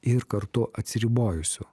ir kartu atsiribojusiu